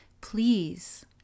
Please